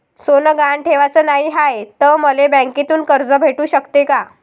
सोनं गहान ठेवाच नाही हाय, त मले बँकेतून कर्ज भेटू शकते का?